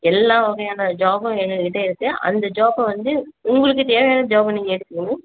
எல்லா வகையான ஜாபும் எங்ககிட்ட இருக்குது அந்த ஜாப்பை வந்து உங்களுக்கு தேவையான ஜாபை நீங்கள் எடுத்துக்கின்னு